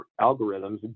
algorithms